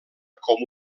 com